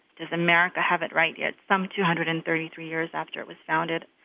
does america have it right yet some two hundred and thirty three years after it was founded?